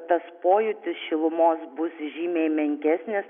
tas pojūtis šilumos bus žymiai menkesnis